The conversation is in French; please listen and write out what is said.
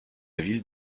ville